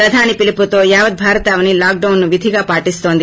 ప్రధాని పిలుపుతో యావత్ భారతావని లాక్ డౌన్ ను విధిగా పాటిస్తోంది